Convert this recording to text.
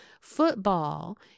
football